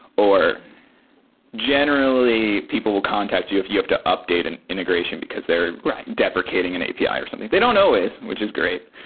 or generally people will contact you if you have to update an integration because they're deprecating an api or something. they don't always, which is great.